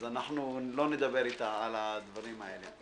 אז אנחנו לא נדבר איתה על הדברים האלה.